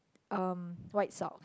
um white sock